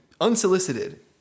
Unsolicited